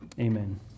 amen